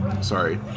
sorry